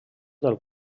del